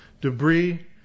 debris